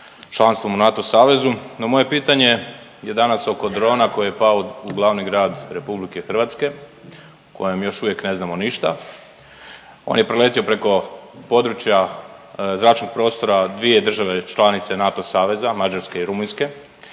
članstvom u NATO savezu, no moje pitanje je danas oko drona koji je pao u glavni grad RH o kojem još uvijek ne znamo ništa. On je preletio preko područja zračnog prostora dvije države članice NATO saveza, Mađarske i Rumunjske,